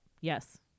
Yes